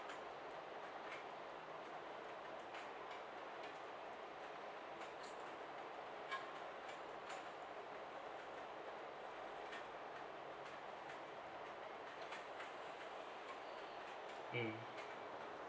mm